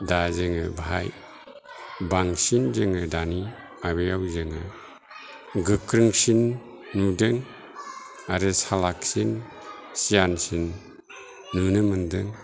दा जोङो बाहाय बांसिन जोङो दानि माबायाव जोङो गोख्रोंसिन नुदों आरो सालाकसिन सियानसिन नुनो मोनदों